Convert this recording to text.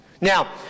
now